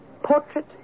Portrait